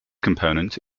component